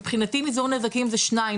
מבחינתי מזעור נזקים זה שניים,